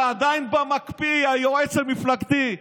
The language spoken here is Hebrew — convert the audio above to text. אתה עדיין במקפיא, היועץ המפלגתי.